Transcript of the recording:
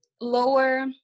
lower